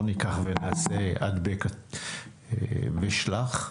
לא ניקח ונעשה העתק-הדבק ושלח,